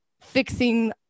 fixing